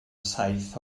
saith